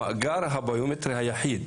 המאגר הביומטרי היחיד